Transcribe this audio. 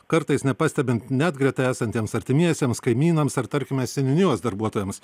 kartais nepastebint net greta esantiems artimiesiems kaimynams ar tarkime seniūnijos darbuotojams